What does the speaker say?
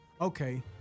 okay